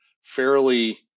fairly –